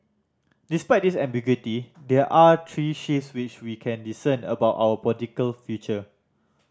despite this ambiguity there are three shifts which we can discern about our political future